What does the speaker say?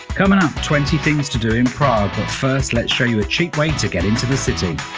coming up twenty things to do in prague, but first let's show you a cheap way to get into the city.